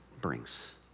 brings